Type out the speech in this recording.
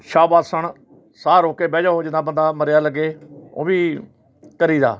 ਸ਼ਵ ਆਸਣ ਸਾਹ ਰੋਕ ਕੇ ਬਹਿ ਜਾਓ ਜਿੱਦਾਂ ਬੰਦਾ ਮਰਿਆ ਲੱਗੇ ਉਹ ਵੀ ਕਰੀਦਾ